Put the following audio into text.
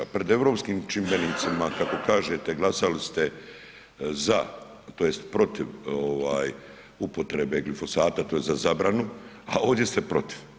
Pred europskim čimbenicima, kako kažete, glasali ste za tj. protiv ovaj upotrebe glifosata, to je za zabranu, a ovdje ste protiv.